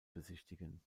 besichtigen